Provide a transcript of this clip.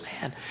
man